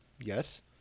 Yes